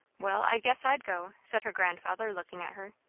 well, i guess i'd go, said her grandfather, looking at her.